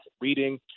reading